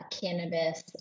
cannabis